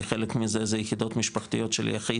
כי חלק מזה זה יחידות משפחתיות של יחיד,